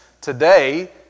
today